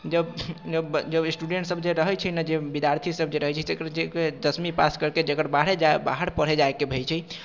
जब जब जब स्टूडेंटसभ जे रहैत छै ने जे विद्यार्थीसभ जे रहैत छै तेक जकरो दसमी पास करके जकर बाहर जाइ बाहर पढ़य जाइके भइ छै